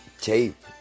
tape